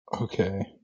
okay